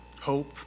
Hope